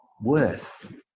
worth